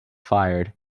fired